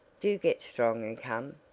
do get strong and come,